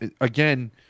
again